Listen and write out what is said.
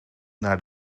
naar